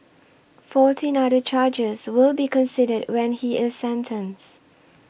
fourteen other charges will be considered when he is sentenced